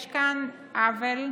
יש כאן עוול,